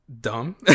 dumb